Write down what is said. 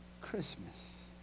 Christmas